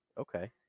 Okay